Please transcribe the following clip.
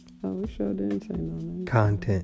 content